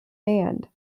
band